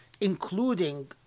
including